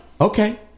Okay